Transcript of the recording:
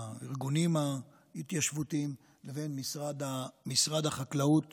והארגונים ההתיישבותיים לבין משרד החקלאות